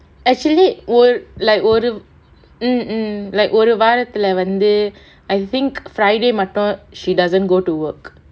actually or like ஒரு:oru mm mm like ஒரு வாரத்துல வந்து:oru vaarathula vanthu I think friday மட்டும்:mattum she doesn't go to work